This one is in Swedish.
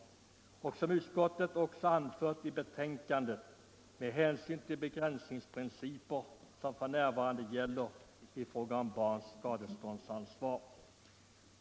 I detta avseende vill jag också hänvisa till vad utskottet anfört i betänkandet om de begränsningsprinciper som f.n. gäller i fråga om barns skadeståndsansvar.